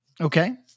Okay